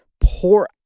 pour